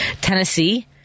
Tennessee